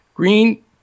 Green